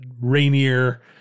Rainier